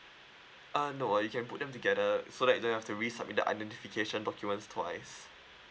uh no uh you can put them together so that you don't have to resubmit the identification documents twice